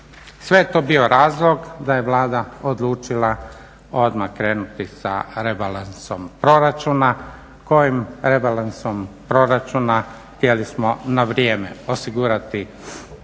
Sve je to bio razlog da je Vlada odlučila odmah krenuti sa rebalansom proračuna kojim rebalansom proračuna htjeli smo na vrijeme osigurati veće